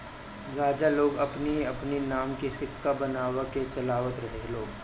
राजा लोग अपनी अपनी नाम के सिक्का बनवा के चलवावत रहे लोग